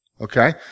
okay